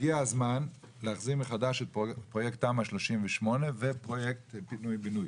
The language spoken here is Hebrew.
הגיע הזמן להחזיר מחדש את פרוייקט תמ"א 38 ואת פרוייקט פינוי-בינוי.